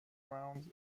rounds